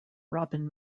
robin